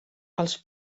els